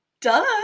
Duh